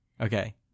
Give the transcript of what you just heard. Okay